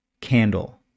candle